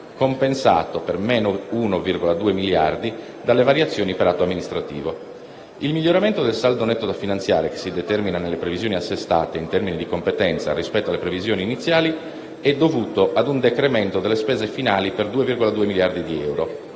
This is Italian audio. compensato per meno 1,2 miliardi dalle variazioni per atto amministrativo. Il miglioramento del saldo netto da finanziare, che si determina nelle previsioni assestate in termini di competenza rispetto alle previsioni iniziali, è dovuto a un decremento delle spese finali per 2,2 miliardi di euro.